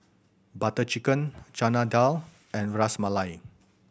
Butter Chicken Chana Dal and Ras Malai